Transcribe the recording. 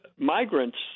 Migrants